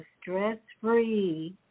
stress-free